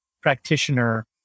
practitioner